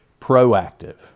proactive